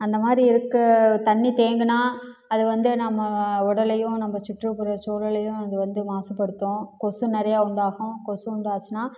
அந்த மாதிரி இருக்கற தண்ணி தேங்கினா அது வந்து நம்ம உடலையும் நம்ப சுற்றுபுறச்சூழலையும் அது வந்து மாசுபடுத்தும் கொசு நிறையா உண்டாகும் கொசு உண்டாச்சுன்னால்